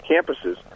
campuses